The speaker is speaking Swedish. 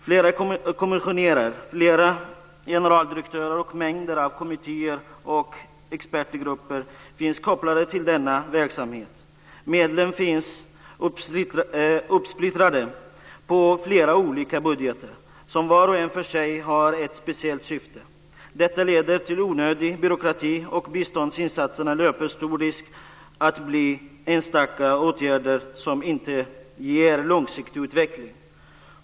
Flera kommissionärer, flera generaldirektorat och mängder av kommittéer och expertgrupper finns kopplade till denna verksamhet. Medlen finns uppsplittrade på flera olika budgetposter, som var för sig har ett speciellt syfte. Detta leder till onödig byråkrati, och biståndsinsatserna löper stor risk att bli enstaka åtgärder som inte ger långsiktig utveckling.